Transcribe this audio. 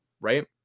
right